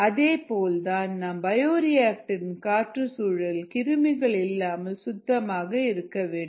அதே போல் தான் நம் பயோரிஆக்டர் இன் சுற்றுச்சூழல் கிருமிகள் இல்லாமல் சுத்தமாக இருக்க வேண்டும்